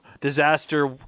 disaster